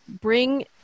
bring